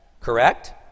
correct